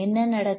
என்ன நடக்கும்